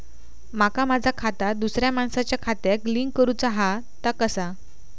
माका माझा खाता दुसऱ्या मानसाच्या खात्याक लिंक करूचा हा ता कसा?